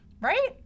Right